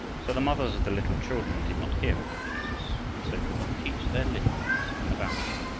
so the mothers of the little children did not hear about jesus and so could not teach their little ones about him.